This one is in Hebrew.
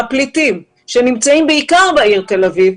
הפליטים שנמצאים בעיקר בעיר תל אביב,